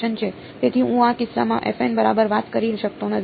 તેથી હું આ કિસ્સામાં બરાબર વાત કરી શકતો નથી